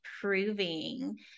proving